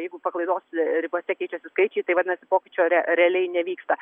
jeigu paklaidos ribose keičiasi skaičiai tai vadinasi pokyčio re realiai nevyksta